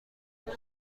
ملزم